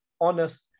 honest